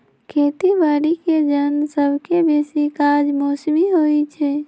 खेती बाड़ीके जन सभके बेशी काज मौसमी होइ छइ